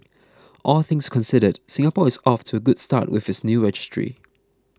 all things considered Singapore is off to a good start with its new registry